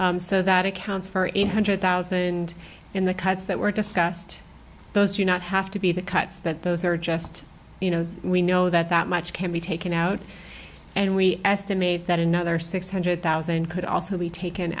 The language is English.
at so that accounts for eight hundred thousand in the cuts that were discussed those do not have to be the cuts that those are just you know we know that that much can be taken out and we estimate that another six hundred thousand could also be taken